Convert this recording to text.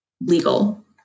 legal